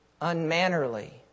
Unmannerly